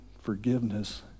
forgiveness